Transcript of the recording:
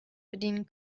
bedienen